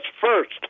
first